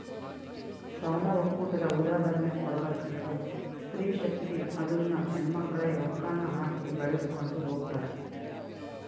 ಸಾಲ ಒಕ್ಕೂಟದ ಉದಾಹರ್ಣೆ ಕೊಡ್ಬಕಂದ್ರ ಸ್ತ್ರೀ ಶಕ್ತಿ ಅದುನ್ನ ಹೆಣ್ಮಕ್ಳೇ ರೊಕ್ಕಾನ ಹಾಕಿ ಬೆಳಿಸ್ಕೊಂಡು ಹೊಗ್ತಾರ